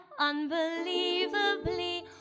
unbelievably